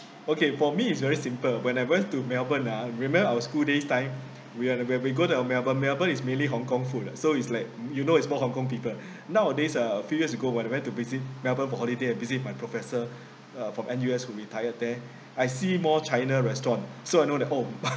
okay for me is very simple when I went to melbourne ah remem~ our school days time we are when we go to melbourne melbourne is mainly hong kong food ah so it's like you know it's more hong kong people nowadays uh few years ago when I went to visit melbourne for holiday I visit my professor uh from N_U_S who retired there I see more china restaurant so I know the oh